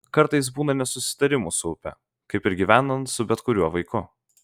kartais būna nesutarimų su upe kaip ir gyvenant su bet kuriuo vaiku